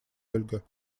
ольга